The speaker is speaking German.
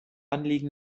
anliegen